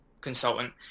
consultant